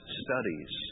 studies